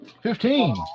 Fifteen